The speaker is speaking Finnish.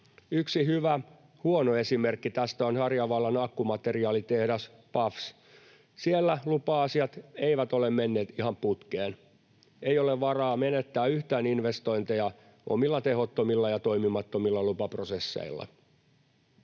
Yksi hyvä huono esimerkki tästä on Harjavallan akkumateriaalitehdas BASF — siellä lupa-asiat eivät ole menneet ihan putkeen. Ei ole varaa menettää yhtään investointeja omilla tehottomilla ja toimimattomilla lupaprosesseilla.